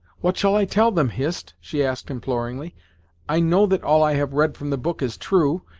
what shall i tell them, hist, she asked imploringly i know that all i have read from the book is true,